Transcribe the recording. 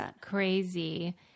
crazy